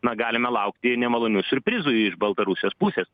na galime laukti nemalonių siurprizų iš baltarusijos pusė